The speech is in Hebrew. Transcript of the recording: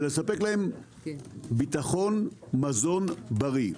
אלא לספק להם ביטחון מזון בריא.